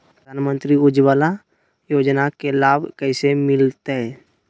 प्रधानमंत्री उज्वला योजना के लाभ कैसे मैलतैय?